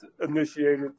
initiated